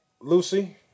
Lucy